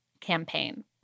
campaign